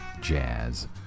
jazz